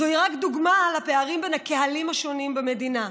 זוהי רק דוגמה לפערים בין הקהלים השונים במדינה.